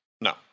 no